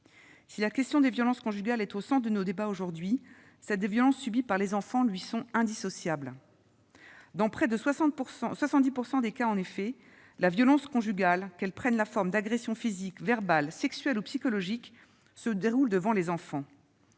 Si la question des violences conjugales est au centre de nos débats aujourd'hui, celle des violences subies par les enfants en est indissociable. Dans près de 70 % des cas, en effet, la violence conjugale, qu'elle prenne la forme d'agressions physiques, verbales, sexuelles ou psychologiques, se déroule devant les enfants.